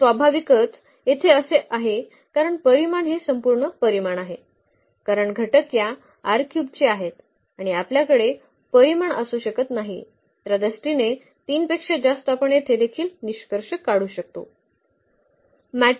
आणि स्वाभाविकच येथे असे आहे कारण परिमाण हे संपूर्ण परिमाण आहे कारण घटक या चे आहेत आणि आपल्याकडे परिमाण असू शकत नाही त्या दृष्टीने 3 पेक्षा जास्त आपण येथे देखील निष्कर्ष काढू शकतो